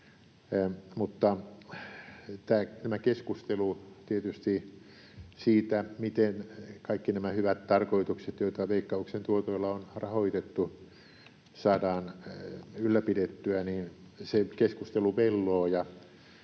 tietysti tämä keskustelu siitä, miten kaikki nämä hyvät tarkoitukset, joita Veikkauksen tuotoilla on rahoitettu, saadaan ylläpidettyä, velloo,